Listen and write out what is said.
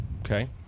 Okay